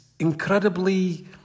incredibly